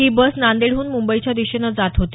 ही bus नांदेडहून मुंबईच्या दिशेनं जात होती